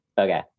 Okay